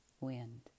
wind